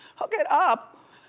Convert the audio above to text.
hook it up.